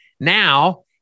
now